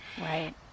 Right